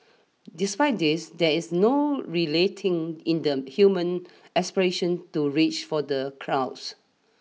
despite this there is no relating in the human aspiration to reach for the crowds